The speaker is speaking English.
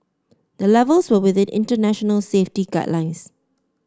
the levels were within international safety guidelines